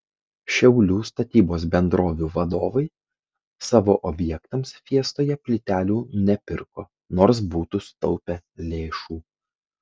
šiaulių statybos bendrovių vadovai savo objektams fiestoje plytelių nepirko nors būtų sutaupę lėšų